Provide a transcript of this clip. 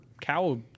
cow